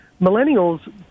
millennials